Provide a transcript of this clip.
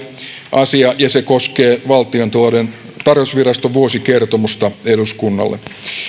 asia ja se koskee valtiontalouden tarkastusviraston vuosikertomusta eduskunnalle